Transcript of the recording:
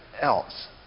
else